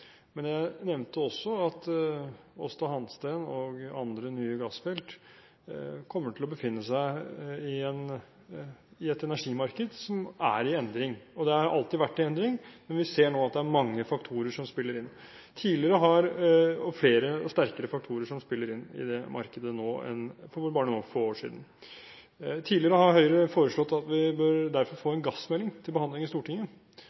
Jeg nevnte også at Aasta Hansteen-feltet og andre nye gassfelt kommer til å befinne seg i et energimarked som er i endring Det har alltid vært i endring, men vi ser nå at det er mange faktorer som spiller inn – det er flere og sterkere faktorer som spiller inn i det markedet nå enn for bare noen få år siden. Tidligere har Høyre foreslått at vi derfor bør få en gassmelding til behandling i Stortinget.